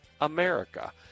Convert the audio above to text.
America